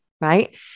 Right